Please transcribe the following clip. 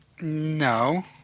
No